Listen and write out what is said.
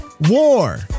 war